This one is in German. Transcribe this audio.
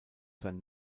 sein